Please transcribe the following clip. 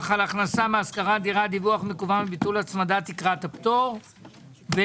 הישיבה ננעלה בשעה 14:40.